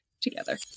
together